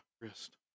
wrist